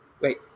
wait